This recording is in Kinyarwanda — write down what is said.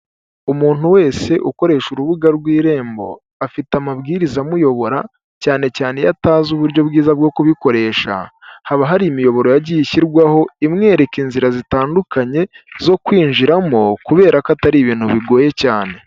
Umuntu wese ukoresha urubuga rw'irembo afite amabwiriza amuyobora cyane cyane iyo atazi uburyo bwiza bwo kubikoresha haba hari imiyoboro yagiye ishyirwaho imwereka inzira zitandukanye zo kwinjiramo kubera ko atari ibintu bigoye cyane.